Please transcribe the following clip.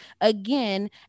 again